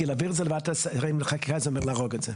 כי להעביר את זה לוועדת השרים לחקיקה זה אומר להרוג את זה.